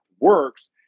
works